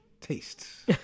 tastes